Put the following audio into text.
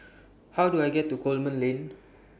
How Do I get to Coleman Lane